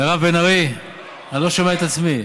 מירב בן ארי, אני לא שומע את עצמי.